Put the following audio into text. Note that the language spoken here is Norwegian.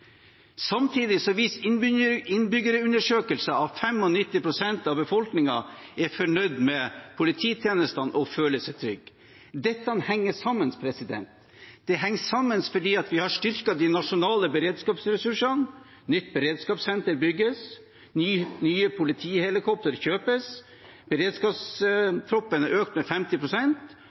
Samtidig viser innbyggerundersøkelser at 95 pst. av befolkningen er fornøyd med polititjenestene og føler seg trygg. Dette henger sammen. Det henger sammen fordi vi har styrket de nasjonale beredskapsressursene. Nytt beredskapssenter bygges, og nye politihelikopter kjøpes. Beredskapstroppen er økt med